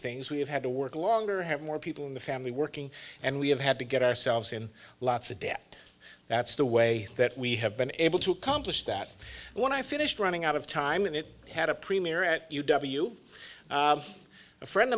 things we have had to work longer have more people in the family working and we have had to get ourselves in lots of debt that's the way that we have been able to accomplish that when i finished running out of time and it had a premier at u w a friend